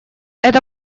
это